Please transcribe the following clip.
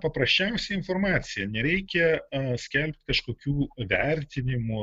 paprasčiausia informacija nereikia skelbt kažkokių vertinimų